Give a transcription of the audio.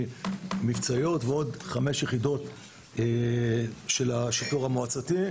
מבצעיות ועוד חמש יחידות של השיטור המועצתי,